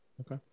okay